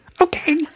Okay